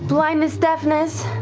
blindness deafness.